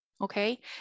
Okay